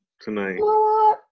tonight